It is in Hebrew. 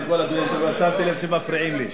קודם כול, אדוני היושב-ראש, שמתי לב שמפריעים לי.